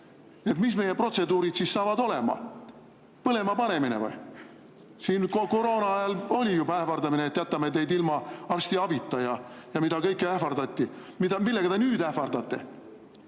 Mis meie protseduurid siis saavad olema? Põlema panemine või? Koroona ajal juba ähvardati, et jätame teid arstiabist ilma, ja mida kõike ähvardati [teha]. Millega te nüüd ähvardate?